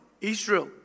Israel